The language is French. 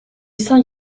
saint